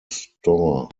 store